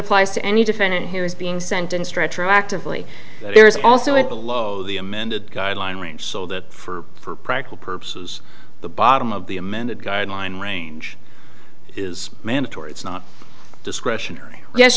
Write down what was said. applies to any defendant here is being sentenced retroactively there's also a below the amended guideline range so that for practical purposes the bottom of the amended guideline range is mandatory it's not discretionary yes